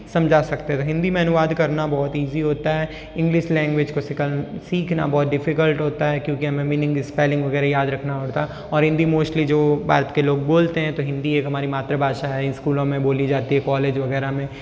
समझा सकते हिंदी में अनुवाद करना बहुत ईज़ी होता है इंग्लिश लैंग्वेज को सिखाना सीखना बहुत डिफ़िकल्ट होता है क्योंकि हमें मीनिंग स्पेलिंग वगैरह याद रखना होता है और हिंदी मोस्टली जो भारत के लोग बोलते हैं तो हिंदी एक हमारी मातृभाषा है स्कूलो में बोली जाती है कॉलेज वगैरह मे